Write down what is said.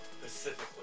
specifically